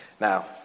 Now